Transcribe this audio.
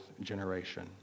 generation